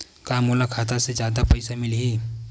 का मोला खाता से जादा पईसा मिलही?